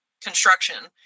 construction